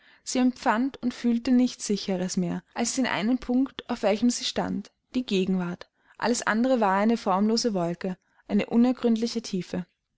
sie empfand und fühlte nichts sicheres mehr als den einen punkt auf welchem sie stand die gegenwart alles andere war eine formlose wolke eine unergründliche tiefe